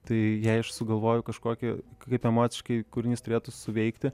tai jei aš sugalvojau kažkokį kaip emociškai kūrinys turėtų suveikti